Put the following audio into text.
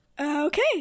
Okay